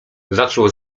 zaczął